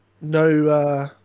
no